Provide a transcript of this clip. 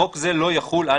(ב) חוק זה לא יחול על